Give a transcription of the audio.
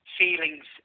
feelings